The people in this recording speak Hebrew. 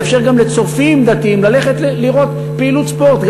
זה יאפשר גם לצופים דתיים ללכת לראות פעילות ספורט,